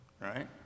right